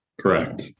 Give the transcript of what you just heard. Correct